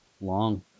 Long